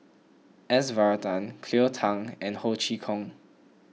S Varathan Cleo Thang and Ho Chee Kong